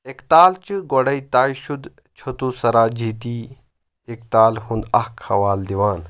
ایکتال چھِ گۄڈے طے شُدٕ چتھوسرا جتھی ایکتالہِ ہُنٛد اکھ حوالہٕ دِوان